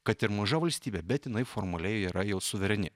kad ir maža valstybė bet jinai formaliai yra jau suvereni